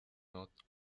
not